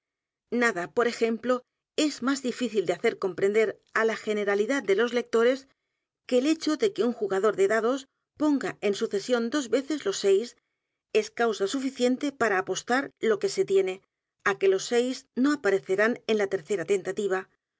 nada por ejemplo es más difícil de hacer comprender á la generalidad de los lectores que el hecho de que un j u g a d o r de dados ponga en sucesión dos veces los seis es causa suficiente p a r a apostar lo que se tiene á que los seis no aparecerán en la tercera tentativa